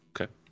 okay